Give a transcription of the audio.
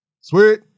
sweet